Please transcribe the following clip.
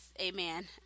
amen